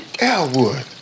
Elwood